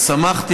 ושמחתי,